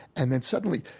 and then suddenly,